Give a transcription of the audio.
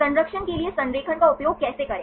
संरक्षण के लिए संरेखण का उपयोग कैसे करें